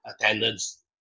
attendance